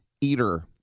eater